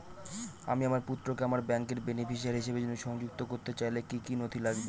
আমি আমার পুত্রকে আমার ব্যাংকের বেনিফিসিয়ারি হিসেবে সংযুক্ত করতে চাইলে কি কী নথি লাগবে?